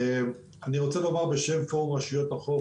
אני רוצה לומר בשם פורום רשויות החוף,